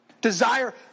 Desire